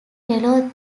hello